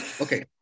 okay